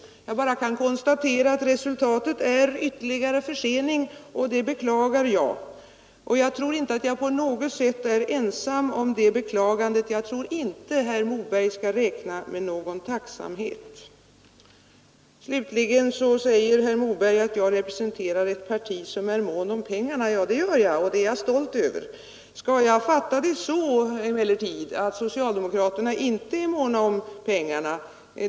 Jag kan bara konstatera att resultatet är ytterligare försening, och det beklagar jag. Jag är nog inte ensam om det beklagandet, och jag tror inte att herr Moberg skall räkna med någon tacksamhet. Slutligen säger herr Moberg att jag representerar ett parti, där man är mån om pengarna. Ja, det gör jag, och det är jag stolt över! Skall jag emellertid fatta det så, att socialdemokraterna inte är måna om pengarna?